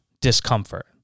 discomfort